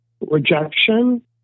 rejection